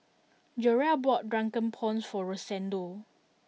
Jerrel bought drunken prawns for Rosendo